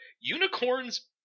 unicorns